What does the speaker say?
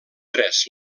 tres